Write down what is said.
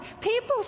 People